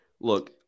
Look